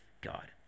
God